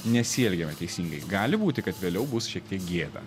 nesielgiame teisingai gali būti kad vėliau bus šiek tiek gėda